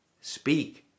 speak